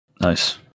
Nice